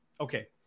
Okay